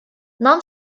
нам